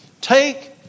Take